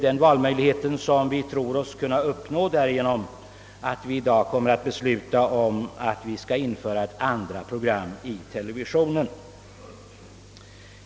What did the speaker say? Den valmöjligheten tror vi oss kunna uppnå genom att i dag besluta att vi skall införa ett andra program i televisionen.